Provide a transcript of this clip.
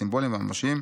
הסימבוליים והממשיים,